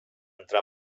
entrar